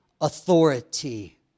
authority